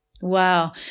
wow